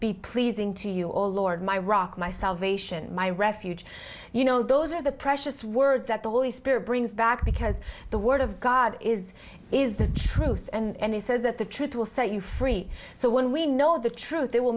be pleasing to you all lord my rock my salvation my refuge you know those are the precious words that the holy spirit brings back because the word of god is is the truth and he says that the truth will set you free so when we know the truth it will